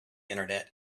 internet